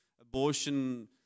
abortion